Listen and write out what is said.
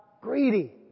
greedy